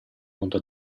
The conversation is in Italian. mondo